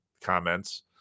comments